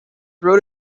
wrote